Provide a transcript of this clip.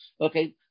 okay